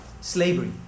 slavery